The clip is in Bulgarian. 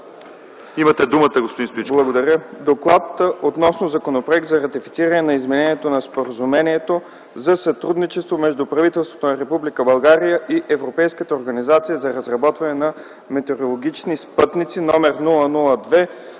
имате думата, господин Белишки.